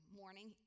morning